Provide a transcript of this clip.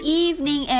evening